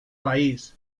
país